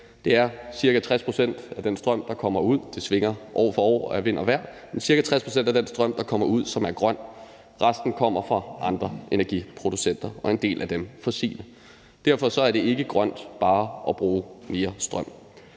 Det er ca. 60 pct. af den strøm, der kommer ud – det svinger år for år og med vind og vejr – som er grøn. Resten kommer fra andre energiprodukter, og en del af dem er fossile. Derfor er det ikke grønt bare at bruge mere strøm.